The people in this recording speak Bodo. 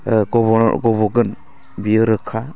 गब'गोन बेयो रोखा